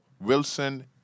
Wilson